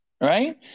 right